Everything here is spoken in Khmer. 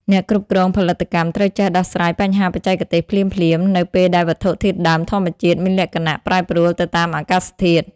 អ្នកគ្រប់គ្រងផលិតកម្មត្រូវចេះដោះស្រាយបញ្ហាបច្ចេកទេសភ្លាមៗ នៅពេលដែលវត្ថុធាតុដើមធម្មជាតិមានលក្ខណៈប្រែប្រួលទៅតាមអាកាសធាតុ។